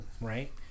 right